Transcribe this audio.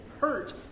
hurt